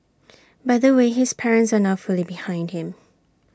by the way his parents are now fully behind him